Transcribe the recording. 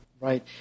Right